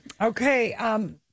Okay